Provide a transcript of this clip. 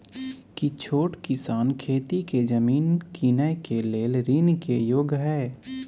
की छोट किसान खेती के जमीन कीनय के लेल ऋण के योग्य हय?